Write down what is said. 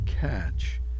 catch